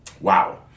Wow